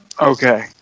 Okay